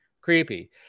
creepy